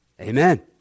Amen